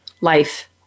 life